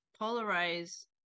polarize